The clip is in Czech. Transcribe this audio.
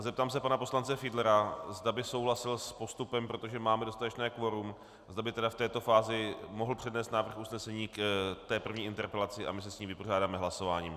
Zeptám se pana poslance Fiedlera, zda by souhlasil s postupem, protože máme dostatečné kvorum, zda by v této fázi mohl přednést návrh usnesení k první interpelaci, a my se s ní vypořádáme hlasováním.